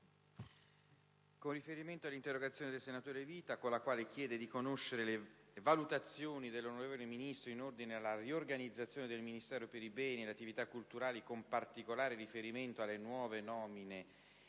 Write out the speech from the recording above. con riferimento all'interrogazione del senatore Vita con la quale chiede di conoscere le valutazioni del Ministro in ordine alla riorganizzazione del Ministero per i beni e le attività culturali, con particolare riferimento alle nuove nomine